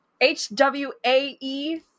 H-W-A-E